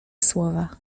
słowa